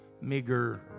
meager